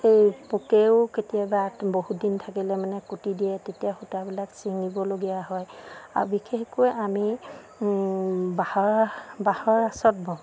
সেই পোকেও কেতিয়াবা বহুত দিন থাকিলে মানে কুটি দিয়ে তেতিয়া সূতাবিলাক ছিঙিবলগীয়া হয় আৰু বিশেষকৈ আমি বাঁহৰ বাঁহৰ ৰাঁচত বওঁ